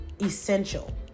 essential